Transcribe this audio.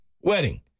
wedding